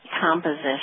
composition